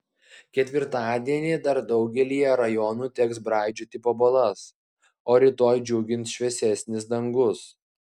ketvirtadienį dar daugelyje rajonų teks braidžioti po balas o rytoj džiugins šviesesnis dangus